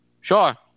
sure